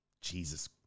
Jesus